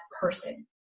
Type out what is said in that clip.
person